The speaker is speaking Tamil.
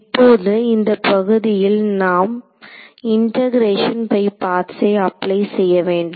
இப்போது இந்தப் பகுதியில் நாம் இண்டெகரேஷன் பை பார்ட்ஸை அப்ளை செய்யவேண்டும்